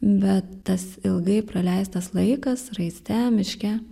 bet tas ilgai praleistas laikas raiste miške